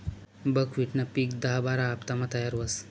बकव्हिटनं पिक दहा बारा हाफतामा तयार व्हस